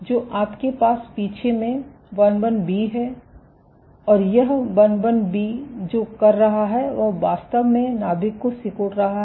तो आपके पास पीछे में II B है और यह II B जो कर रहा है वह वास्तव में नाभिक को सिकोड़ रहा है